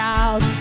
out